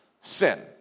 sin